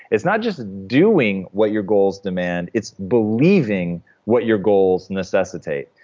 it's not just doing what your goals demand it's believing what your goals necessitate.